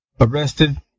arrested